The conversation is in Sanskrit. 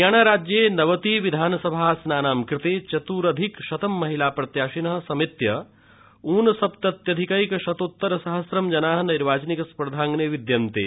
हरियाणा राज्ये नवति विधानसभा सनानां कते चतरधिकशतं महिला प्रत्याशिनः समेत्य ऊनसप्तत्यधिकैकशतोत्तर सहस्रा जनाः नैर्वाचनिक स्पर्धांगणे विद्यन्ते